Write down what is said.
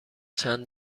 چند